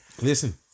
Listen